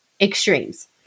extremes